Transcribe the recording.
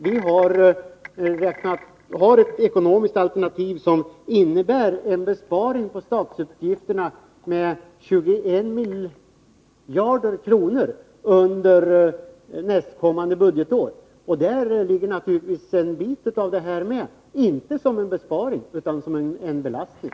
Vi har ett ekonomiskt alternativ som innebär en besparing på statsutgifterna med 21 miljarder kronor under nästkommande budgetår. Där återfinns naturligtvis en del av de pengar det här är fråga om — inte som en besparing utan som en belastning.